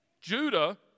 Judah